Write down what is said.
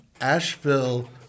Asheville